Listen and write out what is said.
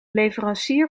leverancier